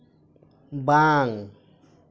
ᱵᱟᱝ